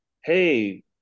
Hey